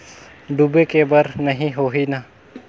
डूबे के बर नहीं होही न?